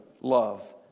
love